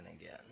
again